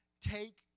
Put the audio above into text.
take